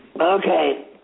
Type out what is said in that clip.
Okay